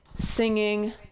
singing